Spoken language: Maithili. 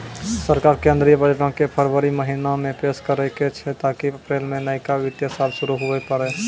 सरकार केंद्रीय बजटो के फरवरी महीना मे पेश करै छै ताकि अप्रैल मे नयका वित्तीय साल शुरू हुये पाड़ै